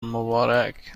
مبارک